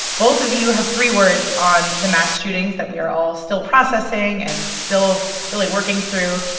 both of you have three words on the mass shootings that we are all still processing and still really working through.